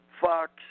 Fox